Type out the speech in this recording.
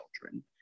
children